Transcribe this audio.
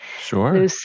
sure